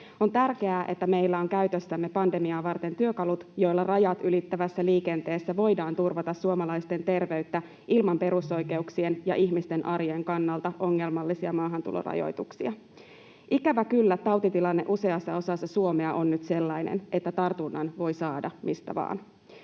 On tärkeää, että meillä on käytössämme pandemiaa varten työkalut, joilla rajat ylittävässä liikenteessä voidaan turvata suomalaisten terveyttä ilman perusoikeuksien ja ihmisten arjen kannalta ongelmallisia maahantulorajoituksia. Ikävä kyllä tautitilanne useassa osassa Suomea on nyt sellainen, että tartunnan voi saada mistä vain.